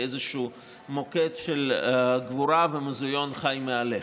כאיזשהו מוקד של גבורה ומוזיאון חי מהלך.